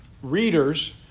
readers